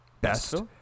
best